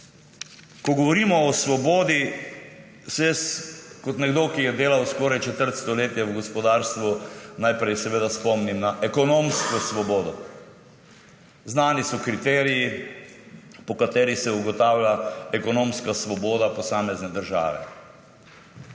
Ko govorimo o svobodi, se jaz kot nekdo, ki je delal skoraj četrt stoletja v gospodarstvu, najprej seveda spomnim na ekonomsko svobodo. Znani so kriteriji, po katerih se ugotavlja ekonomska svoboda posamezne države.